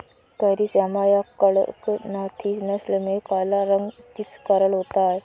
Carry Shyama या कड़कनाथी नस्ल में काला रंग किस कारण होता है?